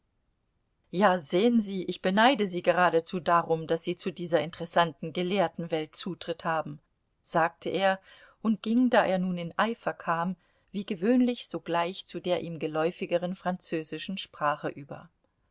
ja sehen sie ich beneide sie geradezu darum daß sie zu dieser interessanten gelehrtenwelt zutritt haben sagte er und ging da er nun in eifer kam wie gewöhnlich sogleich zu der ihm geläufigeren französischen sprache über